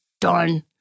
done